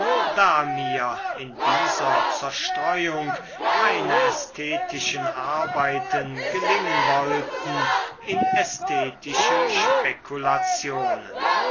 da mir in dieser zerstreuung keine ästhetische arbeiten gelingen wollten in ästhetische spekulationen